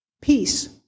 Peace